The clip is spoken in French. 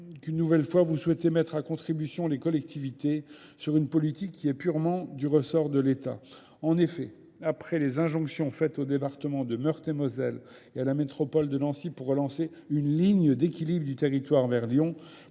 qu'une nouvelle fois vous souhaitez mettre à contribution les collectivités sur une politique qui est purement du ressort de l'État. En effet, après les injonctions faites au Département de Meurthe-et-Moselle et à la métropole de Nancy pour relancer une ligne d'équilibre du territoire vers Lyon,